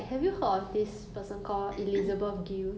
ariana and her worked together on